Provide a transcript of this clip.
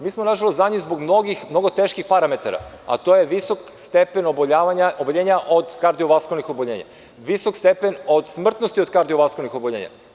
Mi smo, nažalost, zadnji zbog mnogo teških parametara, a to je visok stepen oboljenja od kardiovaskularnih oboljenja, visok stepen od smrtnosti od kardiovaskularnih oboljenja.